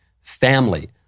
family